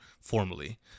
formally